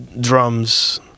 drums